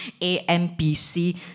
ampc